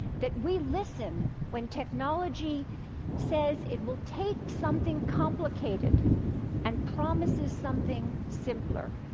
that we listen when technology says it will take something complicated and promises something simpler.